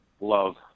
love